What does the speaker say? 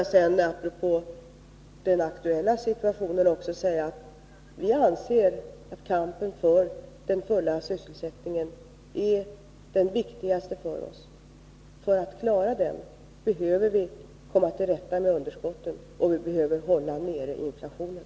Jag vill sedan beträffande den aktuella situationen säga: Vi anser att kampen för den fulla sysselsättningen är den viktigaste för oss. För att klara den behöver vi komma till rätta med underskottet och hålla nere inflationen.